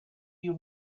you